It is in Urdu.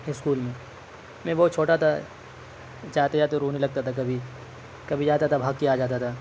اسکول میں میں بہت چھوٹا تھا جاتے جاتے رونے لگتا تھا کبھی کبھی جاتا تھا بھاگ کے آ جاتا تھا